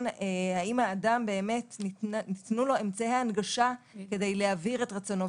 האם באמת ניתנו לאדם אמצעי ההנגשה כדי להבהיר את רצונו,